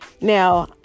Now